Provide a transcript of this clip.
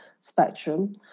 spectrum